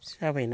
जाबायना